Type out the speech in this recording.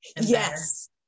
Yes